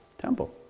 temple